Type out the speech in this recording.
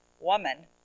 woman